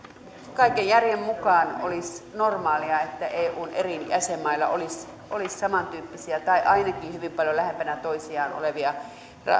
kaiken järjen mukaan olisi normaalia että eun eri jäsenmailla olisi olisi samantyyppisiä tai ainakin hyvin paljon lähempänä toisiaan olevia